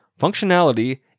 Functionality